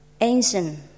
ancient